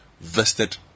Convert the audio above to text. vested